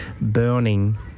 burning